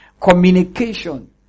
Communication